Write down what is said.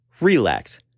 relax